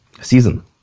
season